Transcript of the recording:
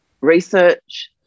research